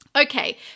Okay